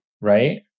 right